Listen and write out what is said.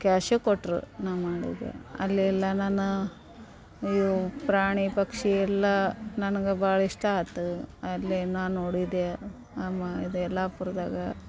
ಕ್ಯಾಶೇ ಕೊಟ್ರು ನಾ ಮಾಡಿದ್ದು ಅಲ್ಲಿ ಎಲ್ಲ ನಾನು ಇವು ಪ್ರಾಣಿ ಪಕ್ಷಿ ಎಲ್ಲ ನನ್ಗೆ ಭಾಳಿಷ್ಟ ಆಯ್ತು ಅಲ್ಲಿ ನಾ ನೋಡಿದೆ ಆಮ ಇದು ಯಲ್ಲಾಪುರದಾಗ